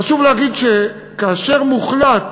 חשוב להגיד שכאשר מוחלט